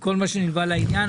וכל מה שנלווה לעניין,